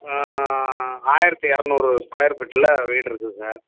ஆயிரத்தி இரநூறு ஸ்கொயர் ஃபிட்டில் வீடு இருக்குது சார்